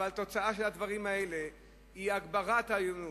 אבל התוצאה של הדברים האלה היא הגברת העוינות,